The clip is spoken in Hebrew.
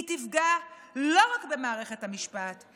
היא תפגע לא רק במערכת המשפט,